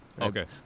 Okay